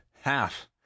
half